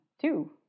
two